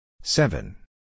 seven